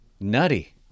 nutty